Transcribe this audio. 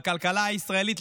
לכלכלה הישראלית,